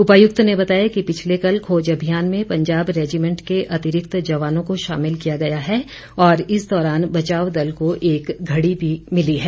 उपायुक्त ने बताया कि पिछले कल खोज अभियान में पंजाब रेजिमेंट के अतिरिक्त जवानों को शामिल किया गया है और इस दौरान बचाव दल को एक घडी भी मिली है